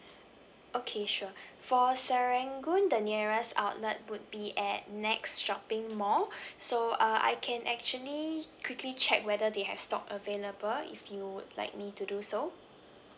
okay sure for serangoon the nearest outlet would be at NEX shopping mall so uh I can actually quickly check whether they have stock available if you would like me to do so